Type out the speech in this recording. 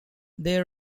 they